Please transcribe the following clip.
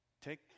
Take